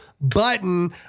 button